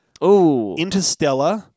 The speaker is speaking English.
Interstellar